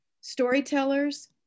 storytellers